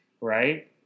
right